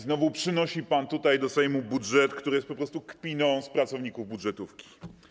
Znowu przynosi pan tutaj do Sejmu budżet, który jest po prostu kpiną z pracowników budżetówki.